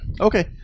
Okay